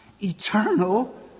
eternal